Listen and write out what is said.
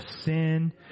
sin